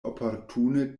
oportune